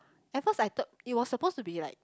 at first I thought it was supposed to be like